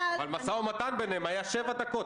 אבל המשא ומתן ביניהם היה שבע דקות.